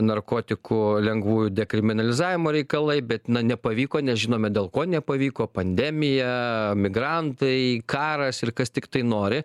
narkotikų lengvųjų dekriminalizavimo reikalai bet nepavyko nežinome dėl ko nepavyko pandemija migrantai karas ir kas tiktai nori